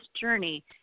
journey